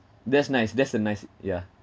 that's nice that's a nice yeah